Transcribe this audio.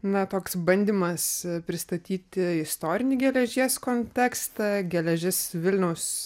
na toks bandymas pristatyti istorinį geležies kontekstą geležis vilnius